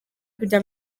kugira